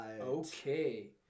Okay